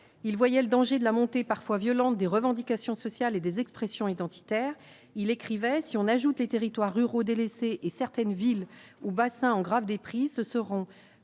il voyait le danger de la montée, parfois violentes des revendications sociales et des expressions identitaires, il écrivait : si on ajoute les territoires ruraux délaissé et certaines villes ou bassins en grave des prix, ce seront